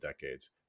decades